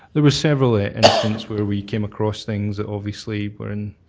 there were several incidents where we came across things that obviously were in